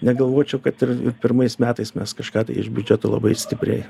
negalvočiau kad ir pirmais metais mes kažką tai iš biudžeto labai stipriai